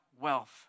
wealth